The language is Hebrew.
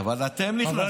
אבל אתם נכנסתם לזה.